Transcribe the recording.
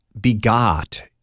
begot